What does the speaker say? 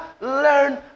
learn